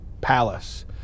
palace